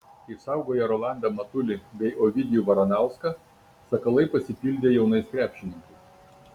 išsaugoję rolandą matulį bei ovidijų varanauską sakalai pasipildė jaunais krepšininkais